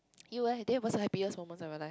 you leh then what's the happiest moment of my life